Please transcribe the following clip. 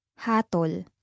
Hatol